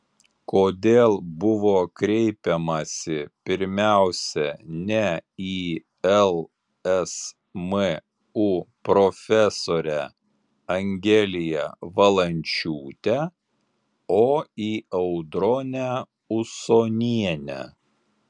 kodėl buvo kreipiamasi pirmiausia ne į lsmu profesorę angeliją valančiūtę o į audronę usonienę